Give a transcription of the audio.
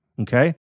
Okay